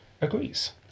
agrees